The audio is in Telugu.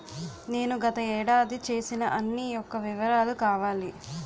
నేను గత ఏడాది చేసిన అన్ని యెక్క వివరాలు కావాలి?